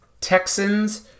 Texans